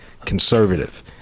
conservative